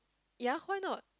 ya why not